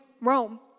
Rome